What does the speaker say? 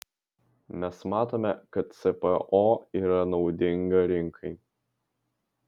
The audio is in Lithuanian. mes matome kad cpo yra naudinga rinkai